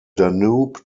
danube